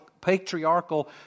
patriarchal